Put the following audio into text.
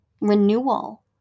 renewal